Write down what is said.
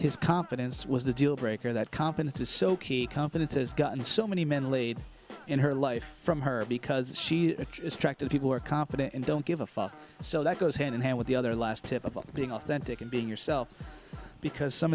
his confidence was the deal breaker that competence is so key confidence has gotten so many men lead in her life from her because she is attractive people are competent and don't give a fuck so that goes hand in hand with the other last tip about being authentic and being yourself because some